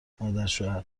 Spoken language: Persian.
مادرشوهرچشمت